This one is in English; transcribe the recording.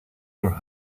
your